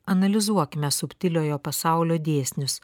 analizuokime subtiliojo pasaulio dėsnius